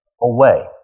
away